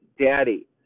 Daddy